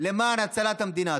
למען הצלת המדינה.